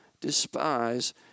despise